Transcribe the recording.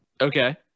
Okay